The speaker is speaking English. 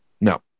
No